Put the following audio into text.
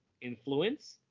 influence